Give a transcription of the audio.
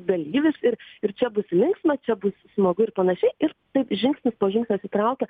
dalyvis ir ir čia bus linksma čia bus smagu ir panašiai ir taip žingsnis po žingsnio atsitraukia